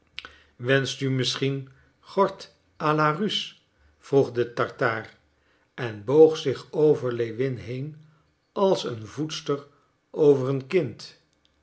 wenscht u misschien gort à la russe vroeg de tartaar en boog zich over lewin heen als een voedster over een kind